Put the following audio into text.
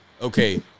okay